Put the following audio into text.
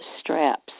straps